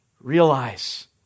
Realize